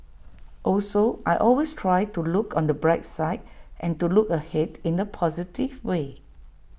also I always try to look on the bright side and to look ahead in A positive way